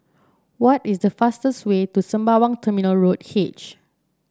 what is the fastest way to Sembawang Terminal Road H